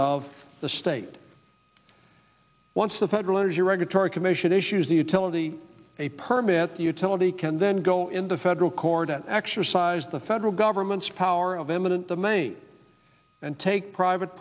of the state once the federal energy regulatory commission issues the utility a permit the utility can then go in the federal court that exercise the federal government's power of eminent domain and take private